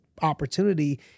opportunity